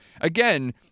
again